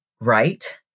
right